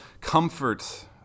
Comfort